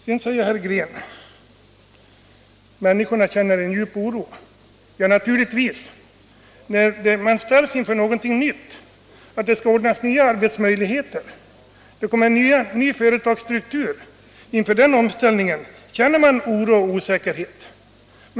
Så säger herr Green att människorna känner en djup oro. Ja, naturligtvis. När man ställs inför någonting nytt, när det skall ordnas nya arbetsmöjligheter, när det kommer en ny företagsstruktur — inför den omställningen känner man oro och osäkerhet.